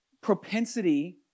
propensity